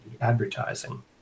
advertising